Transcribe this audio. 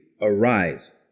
arise